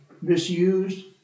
misused